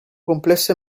complesso